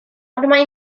mae